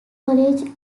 college